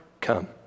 come